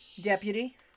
Deputy